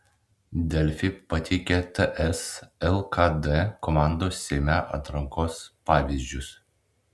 delfi pateikia ts lkd komandos seime atrankos pavyzdžius